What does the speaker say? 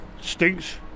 Stinks